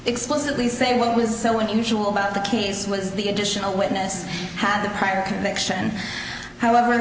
explicitly say what was so unusual about the case was the additional witness had the prior conviction however